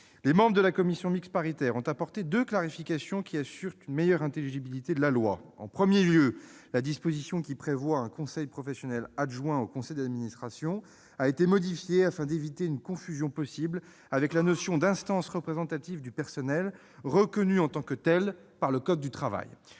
Les membres de la commission mixte paritaire ont apporté deux clarifications qui assurent une meilleure intelligibilité de la loi. En premier lieu, la disposition qui prévoit un conseil professionnel adjoint au conseil d'administration a été modifiée afin d'éviter une confusion possible avec la notion d'instance représentative du personnel, reconnue en tant que telle par le code du travail.